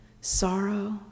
sorrow